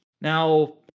now